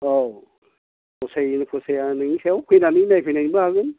औ फसायो फसाया नोंनि सायाव फैनानै नायफैनोबो हागोन